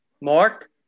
Mark